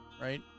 right